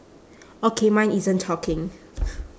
okay mine isn't talking